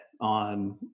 on